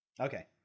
Okay